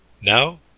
Now